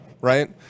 right